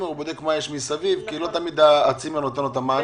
ובודק מה יש מסביב כי לא תמיד הצימר נותן לו מענה.